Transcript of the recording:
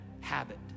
habit